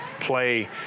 play